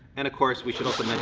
and of course we should also mention